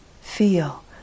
feel